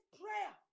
prayer